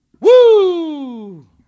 Woo